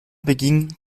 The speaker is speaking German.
beginnt